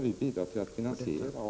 vi bidrar till att finansiera.